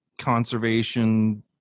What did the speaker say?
conservation